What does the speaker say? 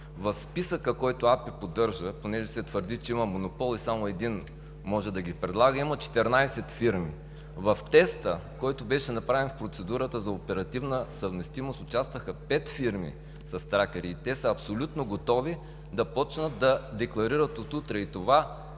В списъка, който АПИ поддържа, понеже се твърди, че има монопол и само един може да ги предлага, има 14 фирми. В теста, който беше направен в процедурата за оперативна съвместимост, участваха пет фирми с тракери. Те са абсолютно готови да започнат да декларират от утре, и това